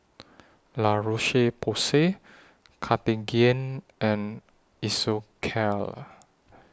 La Roche Porsay Cartigain and Isocal